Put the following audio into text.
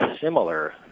similar